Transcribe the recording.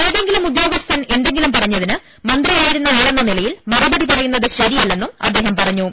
ഏതെങ്കിലും ഉദ്യോഗസ്ഥൻ എന്തെങ്കിലും പറഞ്ഞതിന് മന്ത്രിയാ യിരുന്ന ആളെന്ന നിലയിൽ മറുപടി പറയുന്നത് ശരിയല്ലെന്നും അദ്ദേഹം പറഞ്ഞു